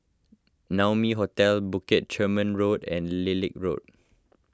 Naumi Hotel Bukit Chermin Road and Lilac Road